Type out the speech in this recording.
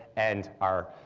and our